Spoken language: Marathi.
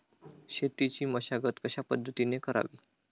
शेतीची मशागत कशापद्धतीने करावी?